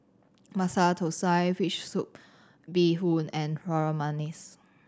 Masala Thosai fish soup bee hoon and Harum Manis